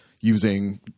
using